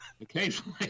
occasionally